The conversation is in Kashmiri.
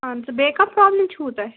اَن ژٕ بیٚیہِ کانٛہہ پِرٛابلِم چھُو تۄہہِ